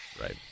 right